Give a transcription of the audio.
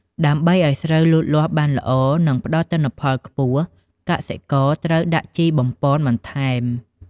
ដើម្បីឱ្យស្រូវលូតលាស់បានល្អ និងផ្ដល់ទិន្នផលខ្ពស់ កសិករត្រូវដាក់ជីបំប៉នបន្ថែម។